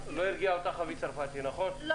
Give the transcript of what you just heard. אבי צרפתי לא הרגיע אותך.